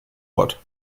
ort